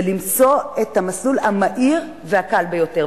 זה למצוא את המסלול המהיר והקל ביותר.